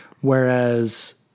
Whereas